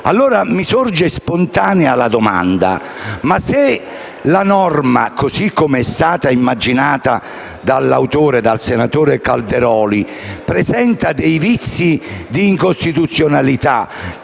allora spontanea la domanda: se la norma, così come è stata immaginata dal senatore Calderoli, presenta dei vizi di incostituzionalità